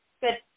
good